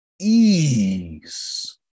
ease